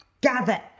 gather